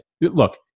Look